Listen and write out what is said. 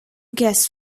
gas